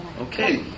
Okay